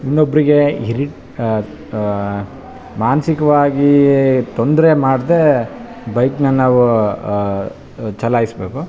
ಇನ್ನೊಬ್ಬರಿಗೆ ಇರಿ ಮಾನಸಿಕವಾಗೀ ತೊಂದರೆ ಮಾಡದೇ ಬೈಕ್ನ ನಾವು ಚಲಾಯಿಸಬೇಕು